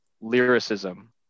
lyricism